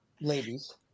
Ladies